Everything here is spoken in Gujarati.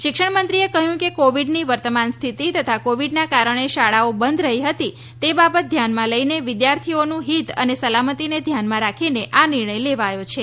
શિક્ષણમંત્રીએ કહ્યું કે કોવિડની વર્તમાન સ્થિતિ તથા કોવિડના કારણે શાળાઓ બંધ રહી હતી તે બાબત ધ્યાનમાં લઈને વિદ્યાર્થિઓનું હિત અને સલામતીને ધ્યાનમાં રાખીને આ નિર્ણય લેવાયો છે